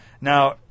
Now